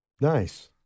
Nice